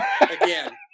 Again